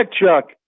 Chuck